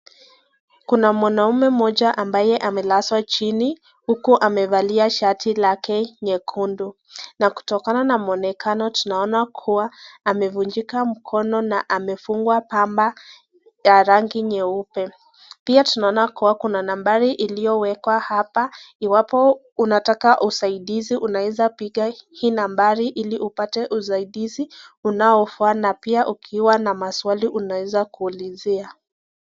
Kuna mwanaume moja ambaye amelazwa chini, huko amevalia shati lake yekundu. Na kutokana na mwonekano, tunaona kuwa amevujika mkono na amefungwa pamba ya rangi nyeupe. Pia tunaona kuwa kuna nambari iliyowekwa hapa, iwapo unataka usaidizi unaweza piga hii nambari hili upate usaidizi unaofaa na pia ukiwa na maswali unaweza kuuliza.